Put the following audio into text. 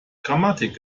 grammatik